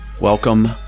Welcome